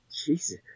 Jesus